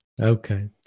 Okay